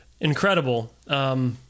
Incredible